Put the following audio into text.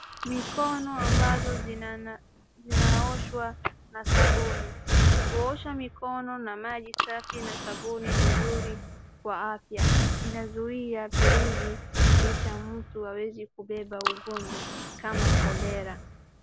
Mikono ambazo zinanawi zinaoshwa na sabuni, kuosha mikono na maji safi na sabuni ni nzuri kwa afya, inazuia virusi kisha mtu hawezi kubeba ugonjwa kama cholera